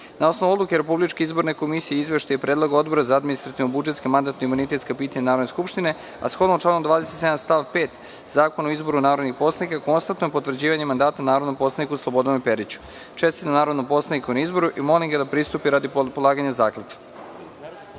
osnovu Odluke Republičke izborne komisije i Izveštaja Odbora za administrativno-budžetska i mandatno-imunitetska pitanja Narodne skupštine, a shodno članu 27. stav 5. Zakona o izboru narodnih poslanika, konstatujem potvrđivanje mandata narodnom poslaniku Slobodanu Periću. Čestitam narodnom poslaniku na izboru i molim ga da pristupi radi polaganja